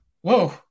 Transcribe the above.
whoa